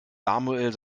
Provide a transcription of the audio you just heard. samuel